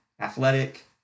athletic